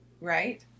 right